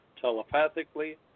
telepathically